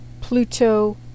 Pluto